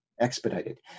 expedited